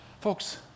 folks